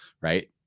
right